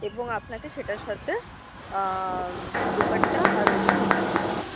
এবং আপনাকে সেটার সাথে দুপাট্টা আর ওড়নাও নিতে হবে